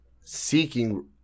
seeking